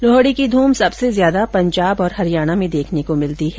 लोहडी की धूम सबसे ज्यादा पंजाब और हरियाणा में देखने को मिलती है